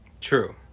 true